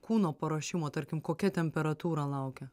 kūno paruošimo tarkim kokia temperatūra laukia